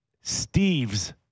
Steve's